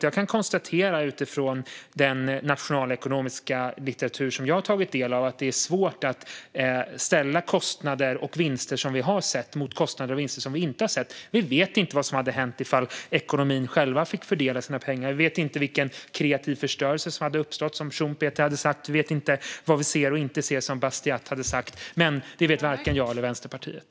Jag kan konstatera utifrån den nationalekonomiska litteratur som jag har tagit del av att det är svårt att ställa kostnader och vinster som vi har sett mot kostnader och vinster som vi inte har sett. Vi vet inte vad som hade hänt ifall ekonomin själv fick fördela sina pengar. Vi vet inte vilken kreativ förstörelse som hade uppstått, som Joseph Schumpeter hade sagt. Vi vet inte vad vi ser och vad vi inte ser, som Frédéric Bastiat hade sagt. Det vet varken jag eller Vänsterpartiet.